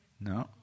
No